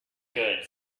good